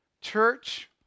Church